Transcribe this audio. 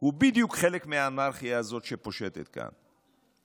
הוא בדיוק חלק מהאנרכיה הזאת שפושטת כאן,